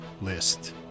list